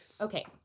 Okay